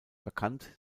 bekannt